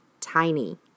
tiny